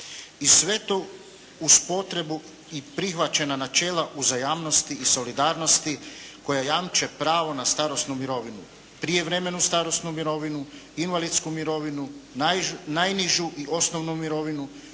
I sve to uz potrebu i prihvaćena načela uzajamnosti i solidarnosti koja jamče pravo na starosnu mirovinu prijevremenu starosnu mirovinu, invalidsku mirovinu, najnižu i osnovnu mirovinu,